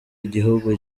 igihugu